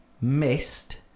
missed